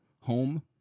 home